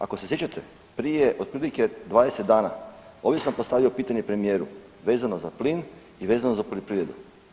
Ako se sjećate otprilike 20 dana ovdje sam postavljao pitanje premijeru vezano za plin i vezano za poljoprivredu.